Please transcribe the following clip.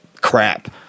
crap